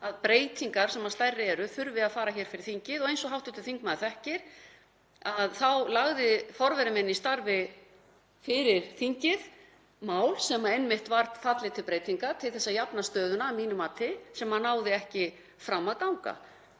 að breytingar sem stærri eru þurfa að fara fyrir þingið. Eins og hv. þingmaður þekkir þá lagði forveri minn í starfi fyrir þingið mál sem einmitt var fallið til breytinga til að jafna stöðuna, að mínu mati, sem náði ekki fram að ganga.